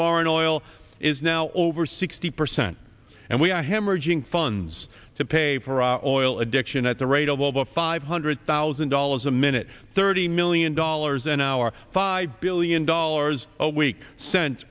foreign oil is now over sixty percent and we are hemorrhaging funds to pay for our oil addiction at the rate of over five hundred thousand dollars a minute thirty million dollars an hour five billion dollars a week sent